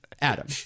Adam